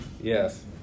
Yes